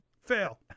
Fail